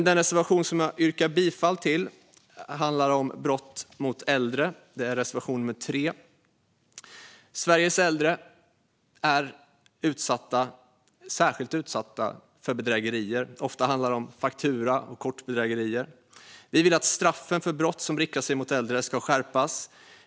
Den reservation som jag yrkar bifall till handlar om brott mot äldre; det är reservation 3. Sveriges äldre är utsatta, och de är särskilt utsatta för bedrägerier. Ofta handlar det om faktura och kortbedrägerier. Vi vill att straffen för brott som riktar sig mot äldre ska skärpas.